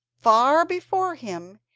far before him,